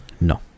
No